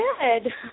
good